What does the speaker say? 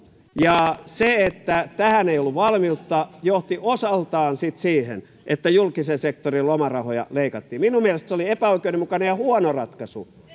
ja se että tähän ei ollut valmiutta johti osaltaan sitten siihen että julkisen sektorin lomarahoja leikattiin minun mielestäni se oli epäoikeudenmukainen ja huono ratkaisu